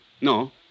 No